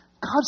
God